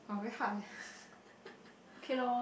!huh! very hard leh